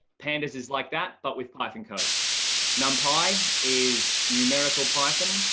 pandas is like that. but with python code numpy is numerical python.